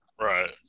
Right